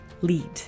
lead